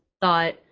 thought